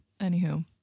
anywho